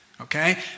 okay